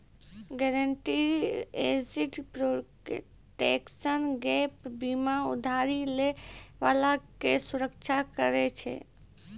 guaranteed asset protection gap बीमा उधारी लै बाला के सुरक्षा करै छै